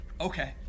Okay